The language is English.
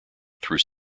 through